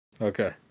Okay